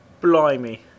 Blimey